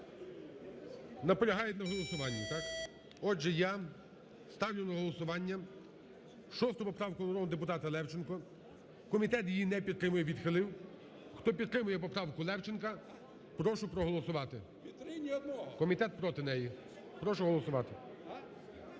Наполягають на голосуванні, так? Отже, я ставлю на голосування 6 поправку народного депутата Левченка. Комітет її не підтримує і відхилив. Хто підтримує поправку Левченка, прошу проголосувати. Комітет проти неї. Прошу голосувати.